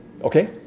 Okay